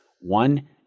One